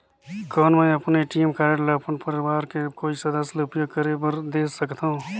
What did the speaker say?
कौन मैं अपन ए.टी.एम कारड ल अपन परवार के कोई सदस्य ल उपयोग करे बर दे सकथव?